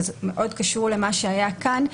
וזה מאוד קשור למה שהיה כאן,